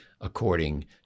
according